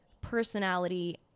personality